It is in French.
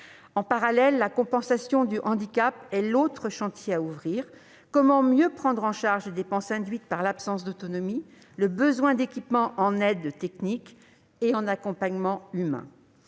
En parallèle, la compensation du handicap est l'autre chantier à ouvrir : comment mieux prendre en charge les dépenses induites par l'absence d'autonomie, le besoin d'équipements techniques et d'accompagnement humain ?